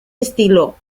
estilo